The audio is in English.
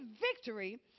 victory